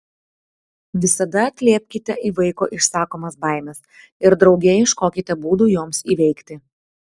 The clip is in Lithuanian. visada atliepkite į vaiko išsakomas baimes ir drauge ieškokite būdų joms įveikti